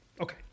Okay